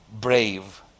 brave